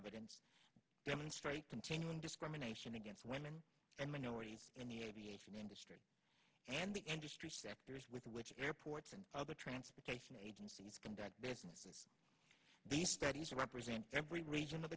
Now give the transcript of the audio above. evidence demonstrate continuing discrimination against women and minorities in the aviation industry and the industry sectors with which airports and other transportation agencies conduct business the studies represent every region of